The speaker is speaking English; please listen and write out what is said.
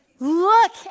Look